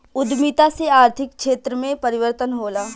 उद्यमिता से आर्थिक क्षेत्र में परिवर्तन होला